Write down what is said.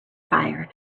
fire